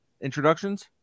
introductions